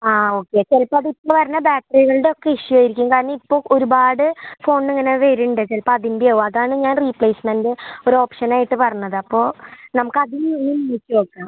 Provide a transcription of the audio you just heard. ആ ഓക്കെ ചിലപ്പോൾ അതിപ്പോൾ വരണ ബാറ്ററികൾടൊക്കെ ഇഷ്യുവായിരിക്കും കാരണം ഇപ്പോൾ ഒരുപാട് ഫോണിനിങ്ങനെ വരുന്നുണ്ട് ചിലപ്പോൾ അതിൻ്റെയാവും അതാണ് ഞാൻ റീപ്ലേസ്മെൻറ്റ് ഒരോപ്ഷനായിട്ട് പറഞ്ഞതപ്പോൾ നമുക്കത് ഒന്ന് വിളിച്ച് നോക്കാം